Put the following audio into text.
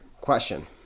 Question